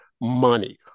money